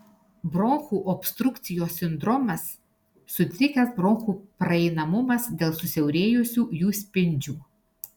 bronchų obstrukcijos sindromas sutrikęs bronchų praeinamumas dėl susiaurėjusių jų spindžių